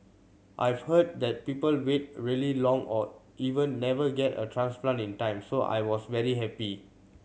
I've heard that people wait really long or even never get a transplant in time so I was very happy